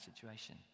situation